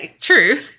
True